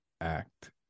act